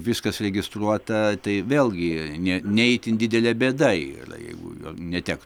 viskas registruota tai vėlgi ne ne itin didelė bėda yra jeigu jo netek